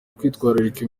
kwitwararika